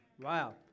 Wow